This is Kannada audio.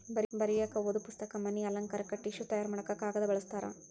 ಬರಿಯಾಕ ಓದು ಪುಸ್ತಕ, ಮನಿ ಅಲಂಕಾರಕ್ಕ ಟಿಷ್ಯು ತಯಾರ ಮಾಡಾಕ ಕಾಗದಾ ಬಳಸ್ತಾರ